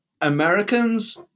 Americans